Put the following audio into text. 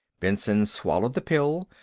benson swallowed the pill,